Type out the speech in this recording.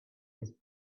his